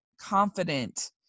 confident